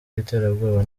y’iterabwoba